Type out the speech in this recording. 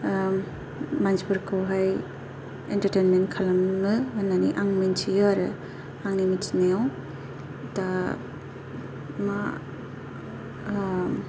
मानसिफोरखौहाय entertainment खालामनो होन्नानै आं मिथियो आरो आंनि मिथिनायाव दा मा